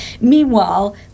Meanwhile